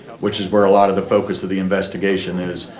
which is where a lot of the focus of the investigation is.